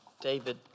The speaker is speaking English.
David